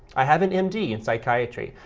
i have an m d. in psychiatry,